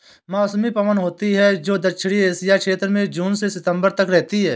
मौसमी पवन होती हैं, जो दक्षिणी एशिया क्षेत्र में जून से सितंबर तक रहती है